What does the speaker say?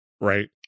right